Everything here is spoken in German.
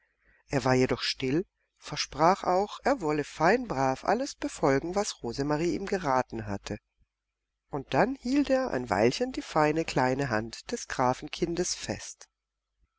er war jedoch still versprach auch er wolle fein brav alles befolgen was rosemarie ihm geraten hatte und dann hielt er ein weilchen die feine kleine hand des grafenkindes fest